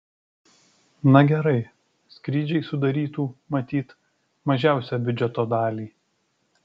na gerai skrydžiai sudarytų matyt mažiausią biudžeto dalį